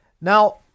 Now